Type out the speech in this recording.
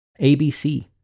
ABC